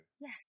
Yes